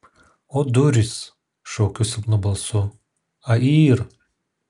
o durys šaukiu silpnu balsu a yr